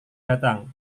datang